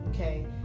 okay